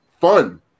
fun